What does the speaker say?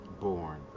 born